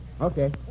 Okay